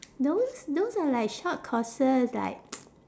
those those are like short courses like